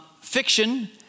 Fiction